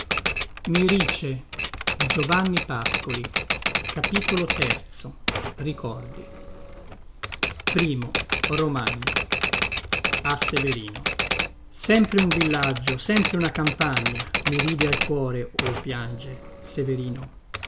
don dan din don dan a severino sempre un villaggio sempre una campagna mi ride al cuore o piange severino